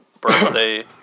birthday